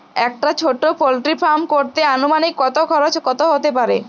একটা ছোটো poultry farm করতে আনুমানিক কত খরচ কত হতে পারে?